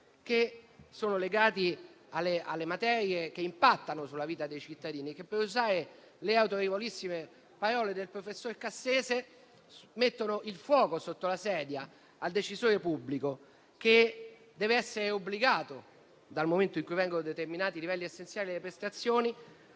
prestazioni legati alle materie che impattano sulla vita dei cittadini che - per usare le autorevolissime parole del professor Cassese - mettono il fuoco sotto la sedia al decisore pubblico, che, nel momento in cui vengono determinati i livelli essenziali delle prestazioni,